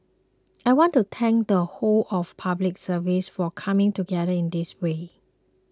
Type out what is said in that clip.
I want to thank the whole of the Public Service for coming together in this way